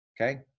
Okay